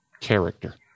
character